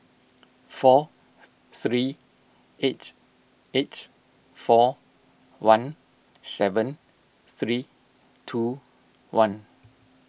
four three eight eight four one seven three two one